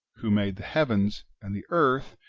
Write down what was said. who made the heavens and the earth,